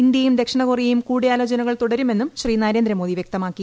ഇന്ത്യയും ദക്ഷിണ കൊറിയയും കൂടിയാലോചനകൾ തുടരുമെന്നും ശ്രീ നരേന്ദ്രമോദി വ്യക്തമാക്കി